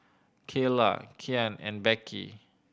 Keyla Kyan and Beckie